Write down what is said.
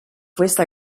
questa